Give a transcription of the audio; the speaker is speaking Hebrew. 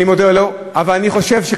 אני מודה לו, אבל אני חושב,